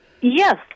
Yes